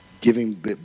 giving